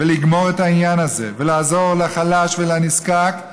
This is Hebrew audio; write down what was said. לגמור את העניין הזה ולעזור לחלש ולנזקק,